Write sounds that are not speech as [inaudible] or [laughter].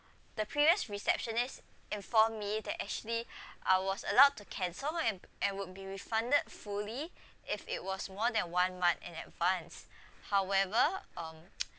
the previous receptionist informed me that actually [breath] I was allowed to cancel my emp~ and would be refunded fully [breath] if it was more than one month in advance [breath] however um [noise]